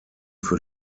für